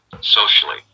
socially